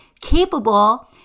capable